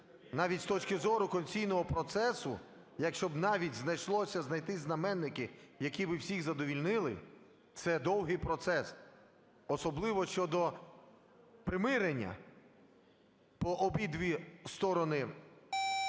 Навіть з точки зору конституційного процесу, якщо б навіть знайшлося знайти знаменники, які би всіх задовольнили, це довгий процес. Особливо щодо примирення по обидві сторони